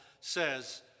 says